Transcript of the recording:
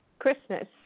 Christmas